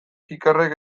ikerrek